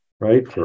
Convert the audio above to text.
right